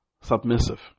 submissive